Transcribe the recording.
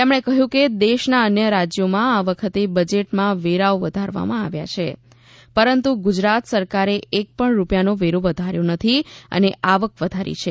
તેમણે કહ્યું કે દેશના અન્ય રાજ્યોમાં આ વખતે બજેટમાં વેરાઓ વધારવામાં આવ્યા છે પરંતુ ગુજરાત સરકારે એક પણ રૃપિયાનો વેરો વધાર્યો નથી અને આવક વધારી છે